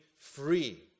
free